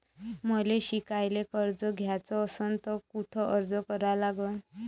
मले शिकायले कर्ज घ्याच असन तर कुठ अर्ज करा लागन?